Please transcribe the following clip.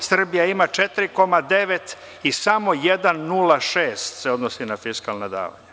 Srbija ima 4,9 i samo 1,06 koji se odnosi na fiskalna davanja.